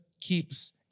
keeps